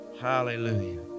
hallelujah